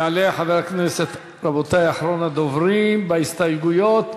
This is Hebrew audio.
רבותי, אחרון הדוברים בהסתייגויות,